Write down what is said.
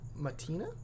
Matina